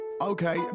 Okay